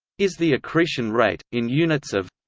is the accretion rate, in units of